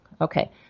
Okay